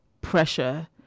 pressure